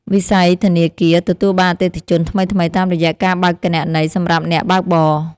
វិស័យធនាគារទទួលបានអតិថិជនថ្មីៗ តាមរយៈការបើកគណនីសម្រាប់អ្នកបើកបរ។